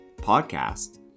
podcast